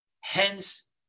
Hence